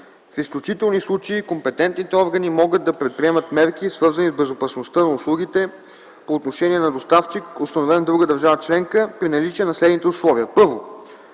В изключителни случаи, компетентните органи могат да предприемат мерки, свързани с безопасността на услугите по отношение на доставчик, установен в друга държава членка, при наличие на следните условия: